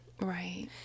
Right